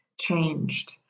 changed